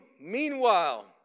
meanwhile